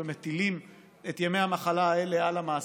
ומטילים את ימי המחלה האלה על המעסיק,